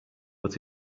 but